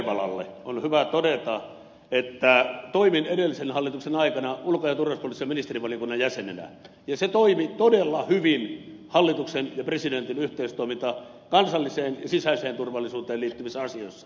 kanervalle on hyvä todeta että toimin edellisen hallituksen aikana ulko ja turvallisuuspoliittisen ministerivaliokunnan jäsenenä ja se toimi todella hyvin mitä tulee hallituksen ja presidentin yhteistoimintaan kansalliseen ja sisäiseen turvallisuuteen liittyvissä asioissa